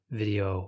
video